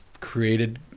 created